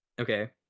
okay